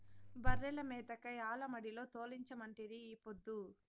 బర్రెల మేతకై ఆల మడిలో తోలించమంటిరి ఈ పొద్దు